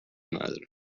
نداره